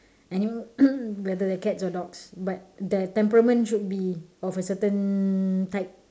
animal whether they're cats or dogs but their temperament should be of a certain type